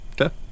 Okay